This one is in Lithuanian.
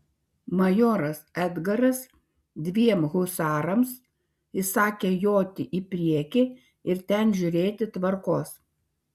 majoras edgaras dviem husarams įsakė joti į priekį ir ten žiūrėti tvarkos